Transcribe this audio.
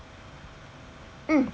mm